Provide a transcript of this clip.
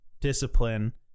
discipline